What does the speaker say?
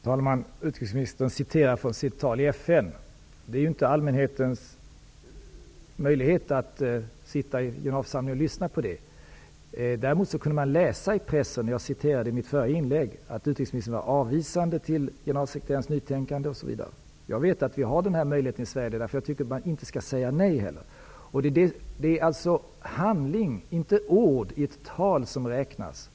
Herr talman! Utrikesministern citerar från sitt tal i FN. Allmänheten har ju inte möjlighet att sitta i generalförsamlingen och lyssna på det. Man kunde däremot läsa i pressen det jag citerade i mitt förra inlägg, att utrikesministern var avvisande till generalsekreterarens nytänkande osv. Jag vet att vi har den här möjligheten i Sverige. Det är därför jag tycker att vi inte heller skall säga nej. Det är handling, inte ord i ett tal, som räknas.